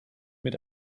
mit